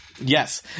Yes